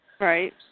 Right